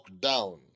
lockdown